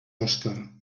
oscar